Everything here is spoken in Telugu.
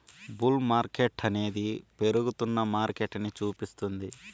బుల్ మార్కెట్టనేది పెరుగుతున్న మార్కెటని సూపిస్తుంది